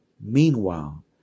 meanwhile